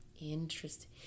Interesting